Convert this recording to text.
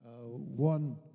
One